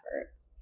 efforts